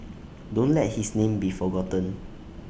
don't let his name be forgotten